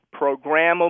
programmable